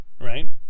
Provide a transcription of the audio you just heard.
right